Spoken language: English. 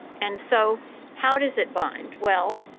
and so how does it bind? well,